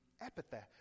epithet